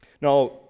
Now